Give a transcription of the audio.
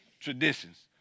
traditions